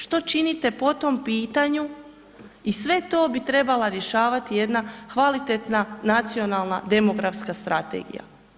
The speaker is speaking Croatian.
Što činite po tom pitanju i sve to bi trebala rješavati jedna kvalitetna nacionalna demografska strategija.